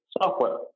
software